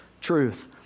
truth